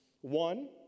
One